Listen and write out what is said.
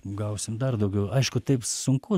gausim dar daugiau aišku taip sunku